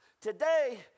today